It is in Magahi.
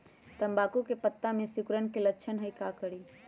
तम्बाकू के पत्ता में सिकुड़न के लक्षण हई का करी?